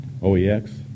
OEX